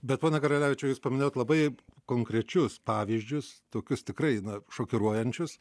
bet pone karalevičiau jūs paminėjot labai konkrečius pavyzdžius tokius tikrai šokiruojančius